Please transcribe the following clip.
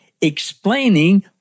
explaining